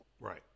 Right